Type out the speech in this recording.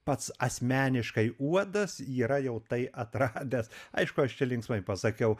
pats asmeniškai uodas yra jau tai atradęs aišku aš čia linksmai pasakiau